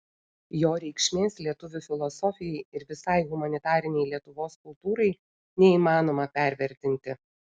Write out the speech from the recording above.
jo reikšmės lietuvių filosofijai ir visai humanitarinei lietuvos kultūrai neįmanoma pervertinti